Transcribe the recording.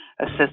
assist